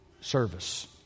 service